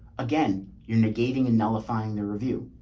again, you're negating and nullifying the review.